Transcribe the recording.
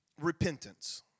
repentance